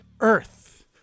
Earth